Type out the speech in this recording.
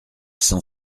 cent